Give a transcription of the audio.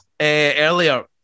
earlier